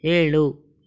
ಏಳು